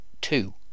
two